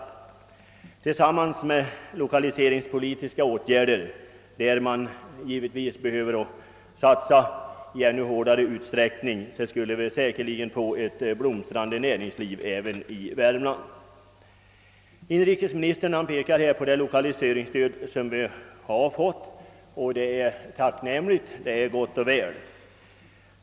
Genom förbättrade kommunikationer och lokaliseringspolitiska åtgärder, som man behöver satsa på i ännu större utsträckning, skulle säkerligen skapas förutsättningar för ett blomstrande näringsliv även i Värmland. Inrikesministern pekade på det lokaliseringsstöd som vi har fått, och det är gott och väl att vi har fått det.